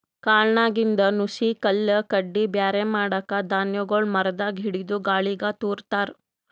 ಕಾಳ್ನಾಗಿಂದ್ ನುಸಿ ಕಲ್ಲ್ ಕಡ್ಡಿ ಬ್ಯಾರೆ ಮಾಡಕ್ಕ್ ಧಾನ್ಯಗೊಳ್ ಮರದಾಗ್ ಹಿಡದು ಗಾಳಿಗ್ ತೂರ ತಾರ್